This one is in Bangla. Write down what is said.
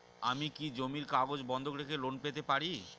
আমি কি জমির কাগজ বন্ধক রেখে লোন পেতে পারি?